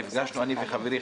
נפגשנו אני וחברי,